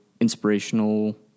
inspirational